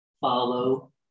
Follow